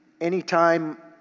Anytime